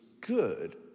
good